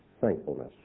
thankfulness